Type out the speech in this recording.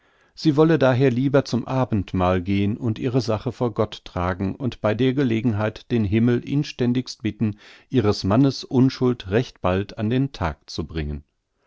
sie wolle daher lieber zum abendmahl gehn und ihre sache vor gott tragen und bei der gelegenheit den himmel inständigst bitten ihres mannes unschuld recht bald an den tag zu bringen